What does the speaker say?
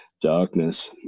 darkness